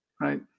Right